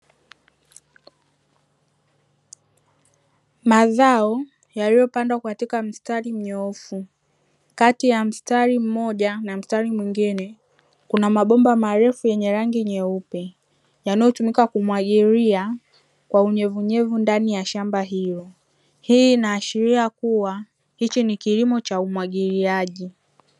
Mazao yaliyopandwa katika mstari mnyoofu. Kati ya mstari mmoja na mstari mwingine, kuna mabomba marefu yenye rangi nyeupe yanayotumika kumwagilia kwa unyevunyevu ndani ya shamba hilo. Hii inaashiria kuwa hichi ni kilimo cha umwagiliaji.